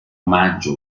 omaggio